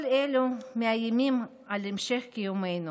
כל אלו מאיימים על המשך קיומנו